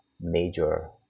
major